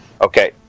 Okay